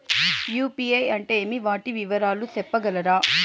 UPI అంటే ఏమి? వాటి వివరాలు సెప్పగలరా?